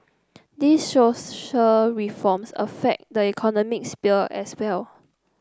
these social reforms affect the economic sphere as well